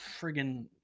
friggin